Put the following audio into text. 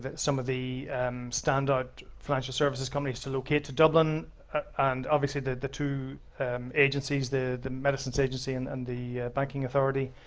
some of the standout financial services company to to locate to dublin and obviously the the two um agencies, the the medicines agency and and the banking authority.